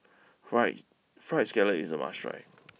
fries Fried Scallop is a must try